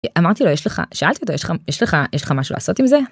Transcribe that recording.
אמרתי לו יש לך שאלתי אותו יש לך יש לך יש לך משהו לעשות עם זה.